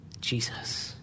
Jesus